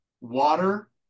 water